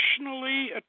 traditionally